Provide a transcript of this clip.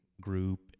group